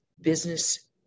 business